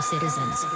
citizens